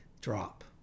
drop